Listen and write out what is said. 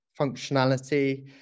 functionality